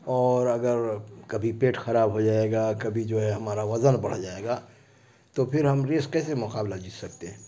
اور اگر کبھی پیٹ خراب ہو جائے گا کبھی جو ہے ہمارا وزن بڑھ جائے گا تو پھر ہم ریس کیسے مقابلہ جیت سکتے ہیں